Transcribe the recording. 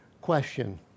Question